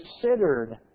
considered